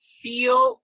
feel